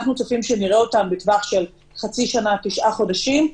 אנחנו צופים שנראה אותם בטווח של חצי שנה עד תשעה חודשים.